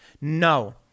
No